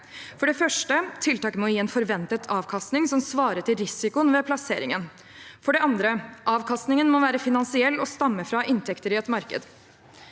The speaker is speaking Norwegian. For det første: Tiltaket må gi en forventet avkastning som svarer til risikoen ved plasseringen. For det andre: Avkastningen må være finansiell og stamme fra inntekter i et marked.